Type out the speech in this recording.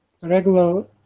regular